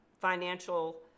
financial